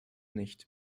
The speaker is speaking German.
nicht